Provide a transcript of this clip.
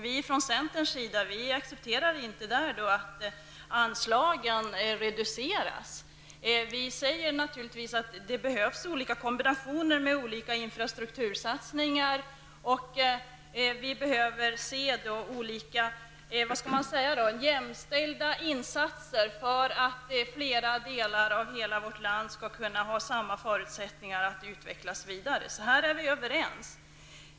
Vi från centerns sida accepterar inte att anslagen reduceras. Vi säger naturligtvis att det behövs olika kombinationer av olika infrastruktursatsningar. Vi behöver olika jämställda insatser för att flera delar av hela vårt land skall kunna ha samma förutsättningar att utvecklas vidare. I detta sammanhang är vi alltså överens.